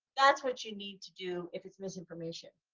that's what you need to do if it's misinformation,